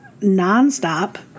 nonstop